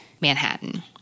Manhattan